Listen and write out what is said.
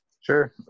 Sure